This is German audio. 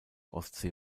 ostsee